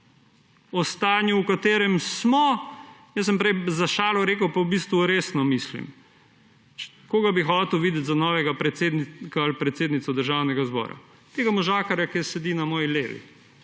o stanju, v katerem smo, jaz sem prej za šalo rekel, pa v bistvu resno mislim, koga bi hotel videti za novega predsednika ali predsednico Državnega zbora. Tega možakarja, ki sedi na moji levi,